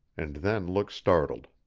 and then looked startled.